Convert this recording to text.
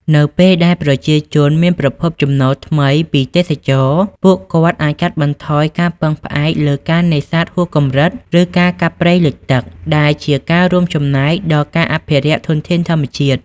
នៅពេលដែលប្រជាជនមានប្រភពចំណូលថ្មីពីទេសចរណ៍ ពួកគាត់អាចកាត់បន្ថយការពឹងផ្អែកលើការនេសាទហួសកម្រិត ឬការកាប់ព្រៃលិចទឹក ដែលជាការរួមចំណែកដល់ការអភិរក្សធនធានធម្មជាតិ។